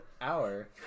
hour